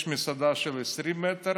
יש מסעדה של 20 מטר